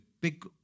big